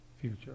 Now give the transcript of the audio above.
future